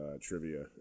trivia